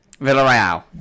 Villarreal